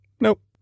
Nope